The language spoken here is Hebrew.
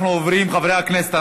חברי הכנסת,